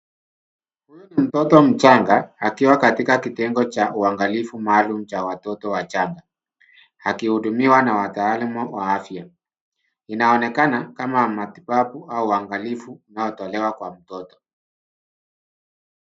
Huyu ni mtoto mchanga akiwa katika kitengo cha uangalifu maalum cha watoto wachanga. Akihudumiwa na wataalam wa afya. Inaonekana kama matibabu au uangalifu unaotolewa kwa watoto.